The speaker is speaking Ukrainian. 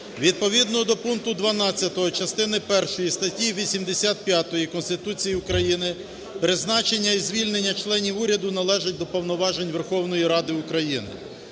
Відповідно до пункту 12 частини першої статті 85 Конституції України призначення і звільнення членів уряду належить до повноважень Верховної Ради України.